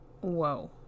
whoa